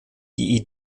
die